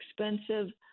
expensive